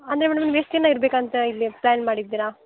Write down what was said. ಅಂದರೆ ಮೇಡಮ್ ನೀವು ಎಷ್ಟು ದಿನ ಇರಬೇಕಂತ ಇಲ್ಲಿ ಪ್ಲ್ಯಾನ್ ಮಾಡಿದ್ದೀರಾ